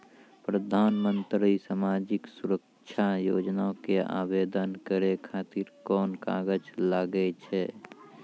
प्रधानमंत्री समाजिक सुरक्षा योजना के आवेदन करै खातिर कोन कागज लागै छै?